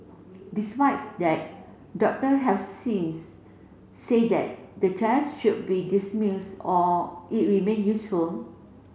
despise that doctor have since say that the test should be dismiss or it remain useful